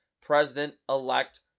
President-elect